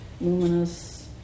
luminous